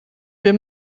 wir